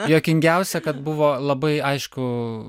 juokingiausia kad buvo labai aišku